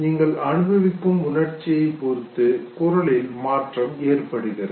நீங்கள் அனுபவிக்கும் உணர்ச்சியை பொறுத்து குரலில் மாற்றம் ஏற்படுகிறது